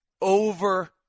over